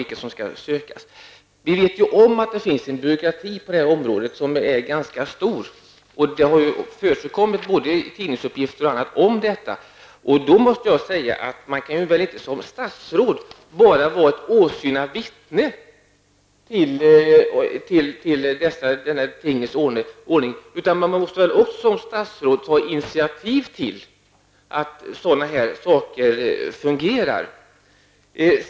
Vi vet om att det finns en ganska stor byråkrati på det här området, och det har förekommit tidningsuppgifter och annat om detta. Man kan väl som statsråd inte vara bara ett åsynavittne till denna tingens ordning, utan man måste väl som statsråd även ta initiativ till att sådant här fungerar.